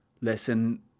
listen